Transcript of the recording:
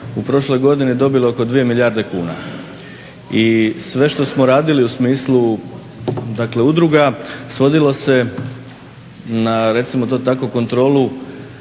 u prošloj godini dobile oko 2 milijarde kune i sve što smo radili u smislu udruga svodilo se na recimo to tako kontrolu